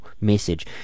message